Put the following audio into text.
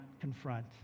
confront